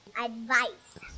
advice